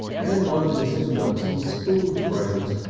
and one of mrs. johnson's school friends,